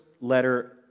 letter